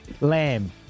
lamb